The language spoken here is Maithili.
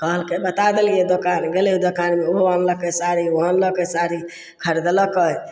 कहलकै बता देलियै दोकान गेलै ओ दोकानमे ओहो अनलकै साड़ी ओहो अनलकै साड़ी खरीदलकै